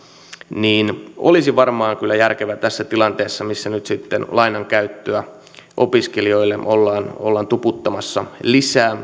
niin olisi varmaan kyllä syytä miettiä tässä tilanteessa missä nyt sitten lainankäyttöä opiskelijoille ollaan ollaan tuputtamassa lisää